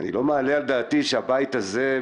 איני מעלה על דעתי שהבית הזה,